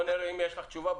בוא נראה אם יש לך תשובה ברורה.